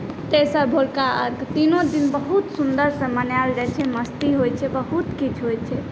तेसर भोरका अर्घ्य तीनो दिन बहुत सुन्दरसँ मनाएल जाइ छै मस्ती होइ छै बहुत किछु होइ छै